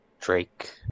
Drake